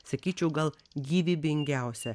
sakyčiau gal gyvybingiausią